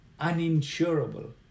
uninsurable